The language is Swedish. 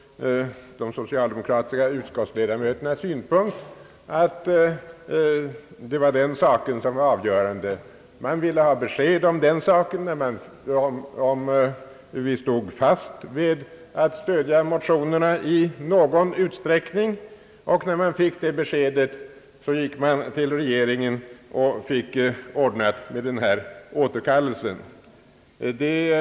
De socialdemokratiska utskottsledamöterna hade mycket klart sagt ut att frågan om övergångsbestämmelserna var avgörande. Man ville ha besked om vi stod fast vid att stödja motionerna, och när man erhöll det beskedet gick man till regeringen ock fick återkallelsen ordnad.